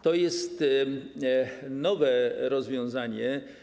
To jest nowe rozwiązanie.